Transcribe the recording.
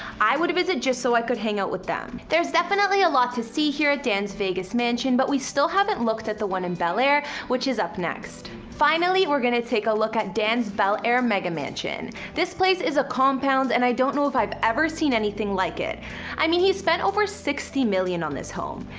i would visit just so i could hang out with them! there's definitely a lot to see here at dan's vegas mansion but we still haven't looked at the one in bel air which is up next. finally we're going to take a look at dan's bel air mega mansion. this place is a compound and i don't know if ive ever seen anything like it i mean he spent over sixty million on this home.